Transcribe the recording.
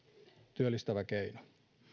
työllistävä keino